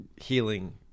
healing